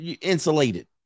insulated